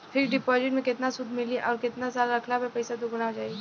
Fix deposit मे केतना सूद मिली आउर केतना साल रखला मे पैसा दोगुना हो जायी?